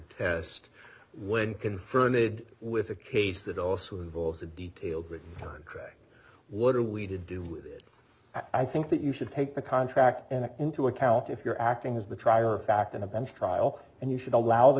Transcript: test when confer need with a case that also involves a detailed written time track what are we to do with it i think that you should take the contract and into account if you're acting as the trier of fact in a bench trial and you should allow the